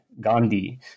Gandhi